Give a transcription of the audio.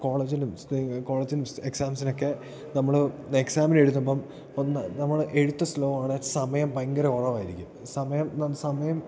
കോളേജിലും കോളേജിലും എക്സാംസിനൊക്കെ നമ്മൾ എക്സാമിനെഴുതുമ്പം ഒന്ന് നമ്മൾ എഴുത്ത് സ്ലോവാണ് സമയം ഭയങ്കര കുറവായിരിക്കും സമയം ന സമയം